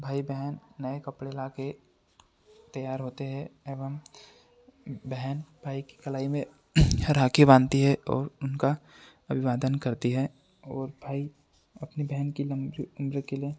भाई बहन नए कपड़े ला कर तैयार होते हे एवम बहन भाई की कलाई में राखी बांधती है और उनका अभिवादन करती है और भाई अपनी बहन कि लम्बी उम्र के लिए